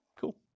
Cool